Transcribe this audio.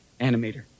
animator